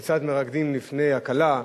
כיצד מרקדין לפני הכלה.